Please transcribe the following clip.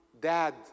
Dad